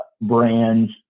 brands